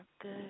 good